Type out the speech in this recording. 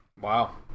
Wow